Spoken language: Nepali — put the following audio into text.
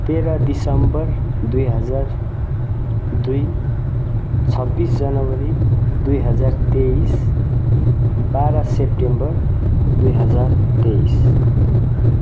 तेह्र दिसम्बर दुई हजार दुई छब्बिस जनवरी दुई हजार तेइस बाह्र सेप्टेम्बर दुई हजार तेइस